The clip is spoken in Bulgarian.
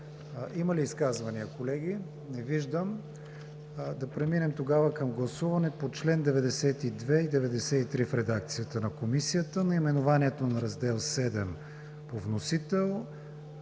Има ли изказвания, колеги? Не виждам. Да преминем тогава към гласуване по членове 92 и 93 в редакцията на Комисията, наименованието на Раздел VІІ по вносител,